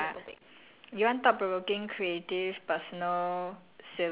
okay mine is okay you choose ah you want ya